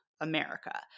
America